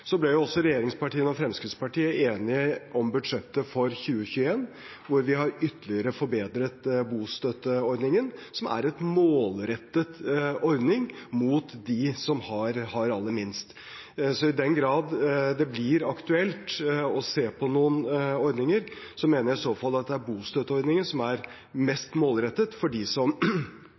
Regjeringspartiene og Fremskrittspartiet ble også enige om budsjettet for 2021, der vi ytterligere forbedret bostøtteordningen, som er en målrettet ordning for dem som har aller minst. Så i den grad det blir aktuelt å se på noen ordninger, mener jeg i så fall at det er bostøtteordningen som er mest målrettet for dem som